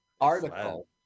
article